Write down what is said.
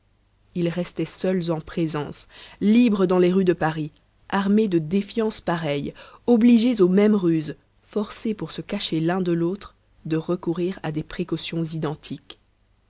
ils restaient seuls en présence libres dans les rues de paris armés de défiances pareilles obligés aux mêmes ruses forcés pour se cacher l'un de l'autre de recourir à des précautions identiques